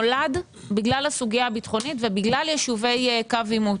נולד בגלל הסוגיה הביטחונית ובגלל יישובי קו עימות.